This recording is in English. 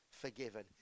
forgiven